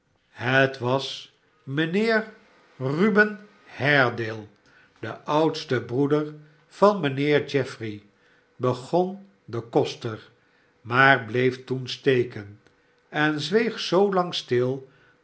het was mijnheer ruben haredale de oudste broeder van mijnheer geoffrey begon de koster maar bleef toen steken en zweeg zoolang stil